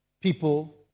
people